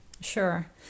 Sure